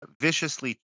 viciously